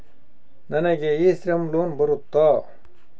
ನನಗೆ e Shram loan ಬರುತ್ತಾ?